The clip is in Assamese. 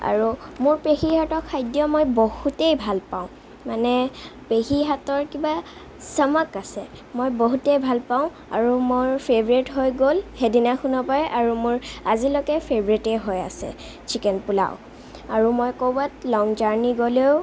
আৰু মোৰ পেহীৰ হাতৰ খাদ্য মই বহুতে ভাল পাওঁ মানে পেহীৰ হাতৰ কিবা চমক আছে মই বহুতে ভাল পাওঁ আৰু মোৰ ফেভৰেট হৈ গ'ল সেইদিনাখনৰপৰাই আৰু মোৰ আজিলৈকে ফেভৰেটে হৈ আছে চিকেন পোলাও আৰু মই ক'ৰবাত লং জাৰ্ণি গ'লেও